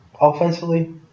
offensively